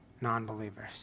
non-believers